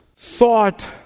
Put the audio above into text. thought